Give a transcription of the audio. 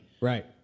Right